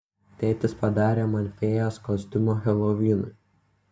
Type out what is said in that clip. tėtis padarė man fėjos kostiumą helovinui